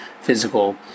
physical